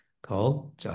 called